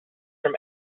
from